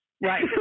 Right